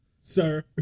Sir